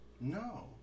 No